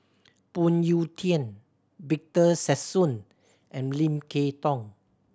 Phoon Yew Tien Victor Sassoon and Lim Kay Tong